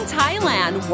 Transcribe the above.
Thailand